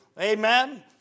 Amen